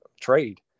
trade